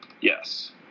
Yes